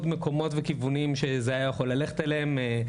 מקומות וכיוונים שזה היה יכול ללכת אליהם,